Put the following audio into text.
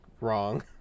wrong